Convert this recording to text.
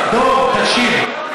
זו אותה הצעה.